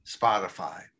Spotify